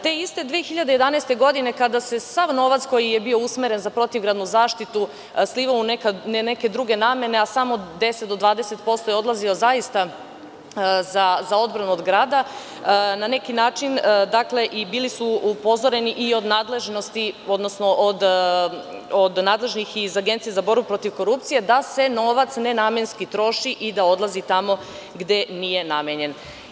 Te iste 2011. godine, kada se sav novac koji je bio usmeren za protivgradnu zaštitu slivao u neke druge namene, a samo 10 do 20% je odlazilo zaista za odbranu od grada, na neki način bili su upozoreni i od nadležnih iz Agencije za borbu protiv korupcije da se novac nenamenski troši i da odlazi tamo gde nije namenjen.